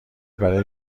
برای